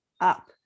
up